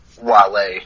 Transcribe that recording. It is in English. Wale